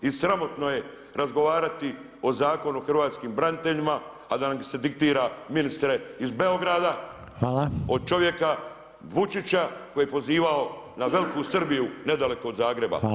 I sramotno je razgovarati o Zakonu o hrvatskim braniteljima, a da nam se diktira ministre iz Beograda od čovjeka Vučića koji je pozivao na veliku Srbiju nedaleko od Zagreba.